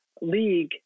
league